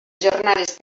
jornades